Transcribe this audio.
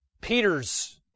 Peter's